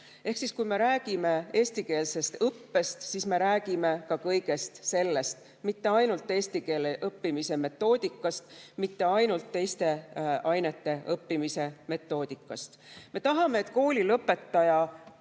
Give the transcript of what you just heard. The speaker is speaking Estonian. Kui me räägime eestikeelsest õppest, siis me räägime ka kõigest sellest, mitte ainult eesti keele õppimise metoodikast, mitte ainult teiste ainete õppimise metoodikast. Me tahame, et kooli lõpetaja